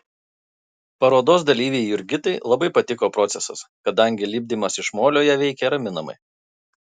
parodos dalyvei jurgitai labai patiko procesas kadangi lipdymas iš molio ją veikė raminamai